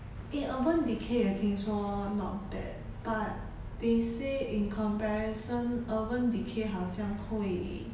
eh urban decay 也听说 not bad but they say in comparison urban decay 好像会